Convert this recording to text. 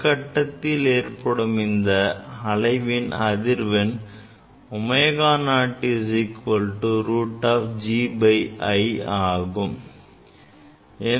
ஒரே கட்டத்தில் ஏற்படும் இந்த அலைவின் அதிர்வெண் ω0 √gl ஆகும்